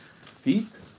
feet